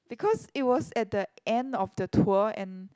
because it was at the end of the tour and